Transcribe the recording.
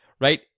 right